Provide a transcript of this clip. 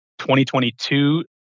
2022